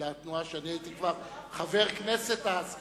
לתנועה כשאני הייתי כבר חבר הכנסת אז,